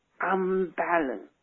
unbalanced